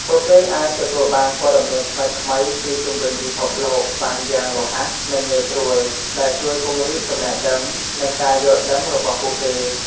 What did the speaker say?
ពួកគេអាចទទួលបានព័ត៌មានថ្មីៗពីជុំវិញពិភពលោកបានយ៉ាងរហ័ស និងងាយស្រួល ដែលជួយពង្រីកចំណេះដឹង និងការយល់ដឹងរបស់ពួកគេ។